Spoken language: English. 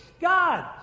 God